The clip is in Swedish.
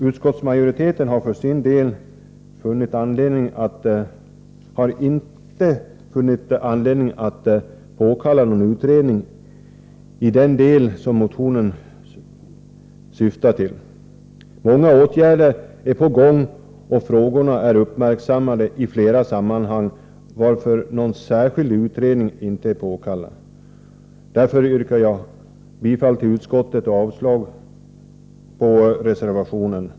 Utskottsmajoriteten har för sin del inte funnit anledning att begära någon utredning i den del som motionen syftar till. Många åtgärder är på gång och frågorna är uppmärksammade i flera sammanhang, varför någon utredning inte är påkallad. Därför yrkar jag avslag på reservation 2.